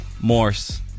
Morse